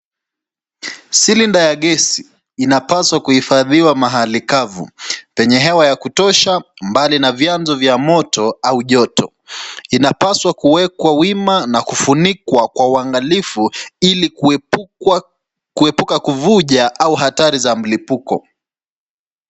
Cylinder ya gesi, inapaswa kuhifadhiwa mahali kavu, penye hewa ya kutosha mbali na vyanzo vya moto au joto. Inapaswa kuwekwa wima na kufunikwa kwa uangalifu ili kuepuka kuvuja ama hatari za mlipuko.